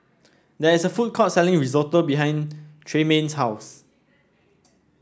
there is a food court selling Risotto behind Tremayne's house